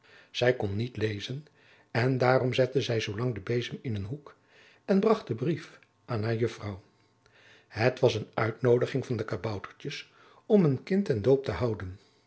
zij kon niet lezen en daarom zette zij zoolang den bezem in een hoek en bracht den brief aan haar juffrouw het was een uitnoodiging van de kaboutertjes om een kind ten doop te houden